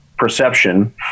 perception